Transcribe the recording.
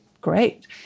great